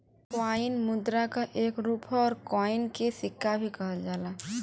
coin मुद्रा क एक रूप हौ कॉइन के सिक्का भी कहल जाला